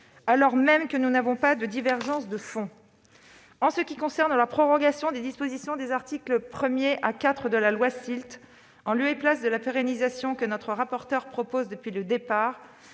alors même que nous n'avons pas de divergences de fond. Concernant la prorogation des dispositions de l'article 1 à l'article 4 de la loi SILT, en lieu et place de la pérennisation que notre rapporteur propose depuis le départ,